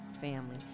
family